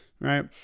Right